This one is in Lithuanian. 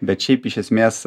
bet šiaip iš esmės